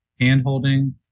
handholding